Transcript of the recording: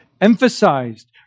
emphasized